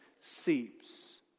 seeps